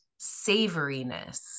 savoriness